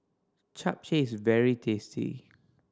japchae is very tasty